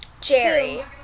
Jerry